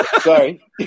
sorry